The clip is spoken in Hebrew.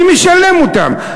מי משלם אותם?